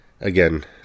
Again